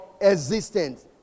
existence